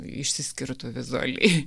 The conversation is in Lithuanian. išsiskirtų vizualiai